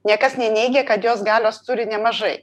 niekas neneigia kad jos galios turi nemažai